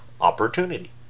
opportunity